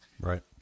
Right